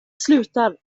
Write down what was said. slutar